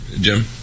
Jim